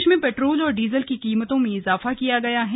प्रदेश में पेट्रोल और डीजल की कीमतों में इजाफा किया गया है